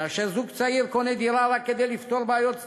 כאשר זוג צעיר קונה דירה רק כדי לפתור בעיות דיור,